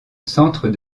centre